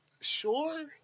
sure